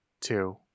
two